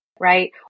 right